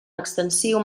extensiu